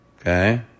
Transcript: Okay